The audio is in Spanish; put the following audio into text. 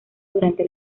durante